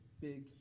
big